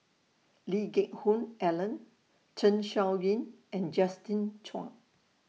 Lee Geck Hoon Ellen Zeng Shouyin and Justin Zhuang